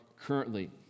currently